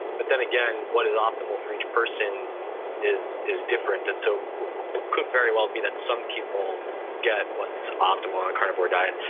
but then again, what is optimal for each person is is different. and so could very well be that some people get what's optimal on a carnivore diet.